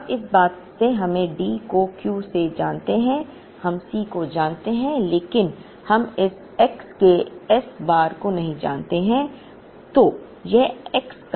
अब इस सब में हम D को Q से जानते हैं हम C को जानते हैं लेकिन हम इस x के S बार को नहीं जानते हैं